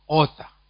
author